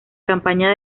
campaña